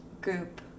group